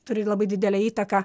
turi labai didelę įtaką